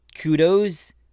kudos